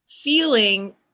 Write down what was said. feeling